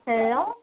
hello